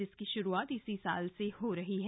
इसकी शुरूआत इसी साल से हो रही है